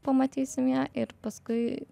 pamatysim ją ir paskui